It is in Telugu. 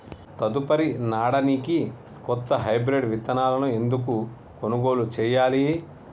తదుపరి నాడనికి కొత్త హైబ్రిడ్ విత్తనాలను ఎందుకు కొనుగోలు చెయ్యాలి?